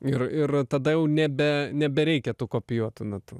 ir ir tada jau nebe nebereikia tų kopijuotų natų